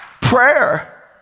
Prayer